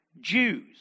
Jews